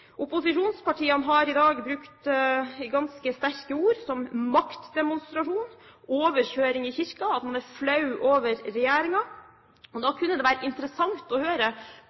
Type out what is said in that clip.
Opposisjonspartiene har i dag brukt ganske sterke ord, som maktdemonstrasjon, overkjøring av Kirken og at man er flau over regjeringen. Da kunne det være interessant å høre